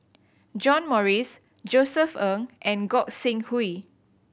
John Morrice Josef Ng and Gog Sing Hooi